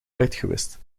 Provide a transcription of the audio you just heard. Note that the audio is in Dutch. uitgewist